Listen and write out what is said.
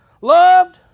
loved